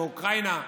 באוקראינה,